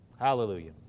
Hallelujah